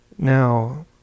Now